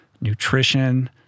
nutrition